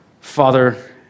Father